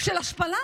של השפלה.